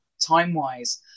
time-wise